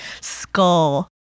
Skull